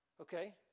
Okay